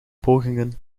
pogingen